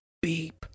Beep